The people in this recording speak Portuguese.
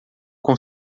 com